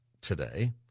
today